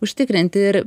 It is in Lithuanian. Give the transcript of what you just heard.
užtikrinti ir